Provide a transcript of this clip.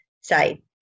say